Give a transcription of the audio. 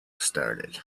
started